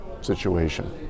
situation